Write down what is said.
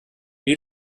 wie